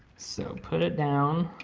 so put it down.